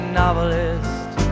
novelist